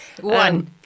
One